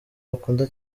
bakunda